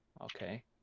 Okay